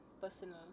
personal